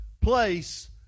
place